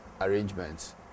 arrangements